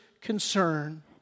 Concern